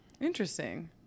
Interesting